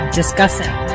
discussing